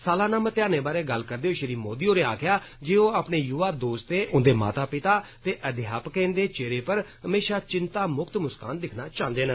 सालाना मतेयाने बारे गल्ल करदे होई श्री मोदी होरें आक्खेआ जे ओ अपने युवा दोस्तें उनदे माता पिता ते अध्यपाकें दे चेहरे पर हमेशा विंता मुक्त मुस्कान दिक्खना चाहन्दे न